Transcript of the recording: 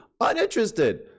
Uninterested